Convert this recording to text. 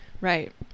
Right